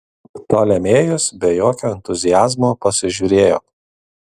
ptolemėjus be jokio entuziazmo pasižiūrėjo